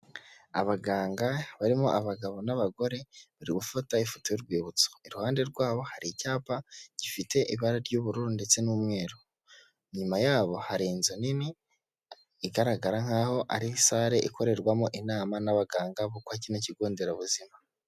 Abaganga barimo abagabo n'abagore bari gufata ifoto y'urwibutso, iruhande rwabo hari icyapa gifite ibara ry'ubururu ndetse n'umweru, inyuma yabo hari inzu nini igaragara nk'aho ari sale ikorerwamo inama n'abaganga bo kwa kino kigo nderabuzima.